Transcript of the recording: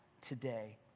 today